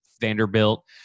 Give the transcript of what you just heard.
Vanderbilt